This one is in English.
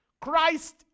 Christ